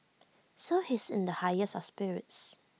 so he's in the highest of spirits